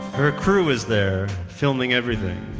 her crew was there filming everything